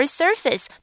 surface